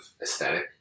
aesthetic